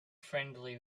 friendly